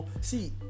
see